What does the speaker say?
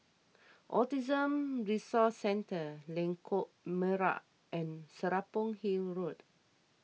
Autism Resource Centre Lengkok Merak and Serapong Hill Road